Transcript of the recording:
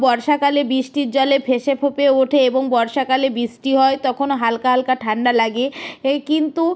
বর্ষাকালে বৃষ্টির জলে ফুঁসে ফেঁপে ওঠে এবং বর্ষাকালে বৃষ্টি হয় তখন হালকা হালকা ঠান্ডা লাগে এ কিন্তু